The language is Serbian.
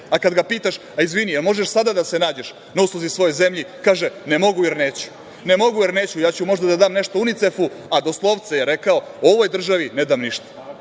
A kad ga pitaš – izvini, jel možeš sada da se nađeš na usluzi svojoj zemlji, kaže – ne mogu, jer neću. Ne mogu, jer neću. Ja ću možda da dam nešto Unicefu, a doslovce je rekao – ovoj državi ne dam ništa. Svaka